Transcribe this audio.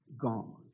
gone